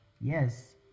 yes